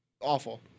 Awful